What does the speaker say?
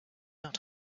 not